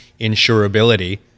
insurability